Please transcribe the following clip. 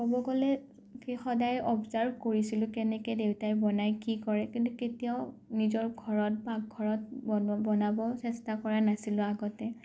ক'ব গ'লে কি সদায় অৱজাৰ্ভ কৰিছিলোঁ কেনেকৈ দেউতাই বনায় কি কৰে কিন্তু কেতিয়াও নিজৰ ঘৰত পাকঘৰত বনাব চেষ্টা কৰা নাছিলোঁ আগতে